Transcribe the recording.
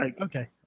okay